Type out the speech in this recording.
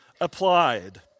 applied